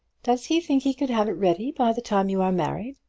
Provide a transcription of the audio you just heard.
does he think he could have it ready by the time you are married?